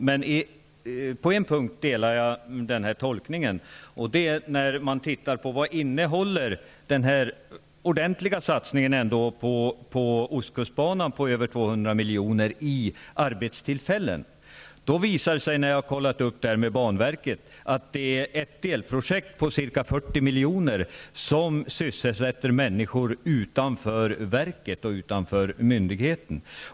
Men på en punkt är Mats Odells tolkning riktig, nämligen när det gäller vad den ordentliga satsningen på Ostkustbanan på drygt 200 miljoner innebär i antal arbetstillfällen. Jag har kontrollerat detta med banverket. Det framgick då att ett delprojekt på ca 40 miljoner sysselsätter människor utanför verket och utanför myndigheten.